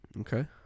okay